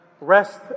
rest